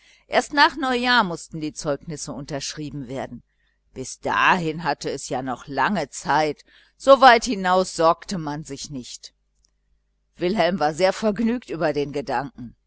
erst nach neujahr mußten die zeugnisse unterschrieben werden bis dahin hatte es ja noch lange zeit so weit hinaus sorgte man nicht wilhelm war sehr vergnügt über den gedanken